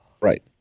Right